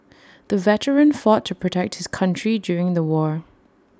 the veteran fought to protect his country during the war